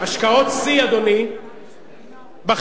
השקעות שיא, אדוני, בחינוך,